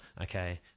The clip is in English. Okay